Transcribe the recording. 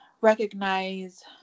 recognize